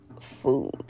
food